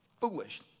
foolish